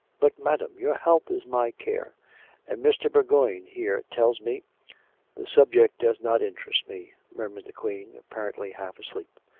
but, madam, your health is my care and mr, bour goign here tells me the subject does not interest me, murmured the queen, apparently half asleep.